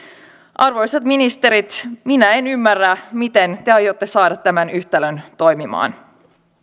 arvoisat ministerit minä en ymmärrä miten te aiotte saada tämän yhtälön toimimaan